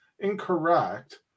Incorrect